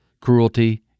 cruelty